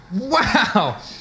Wow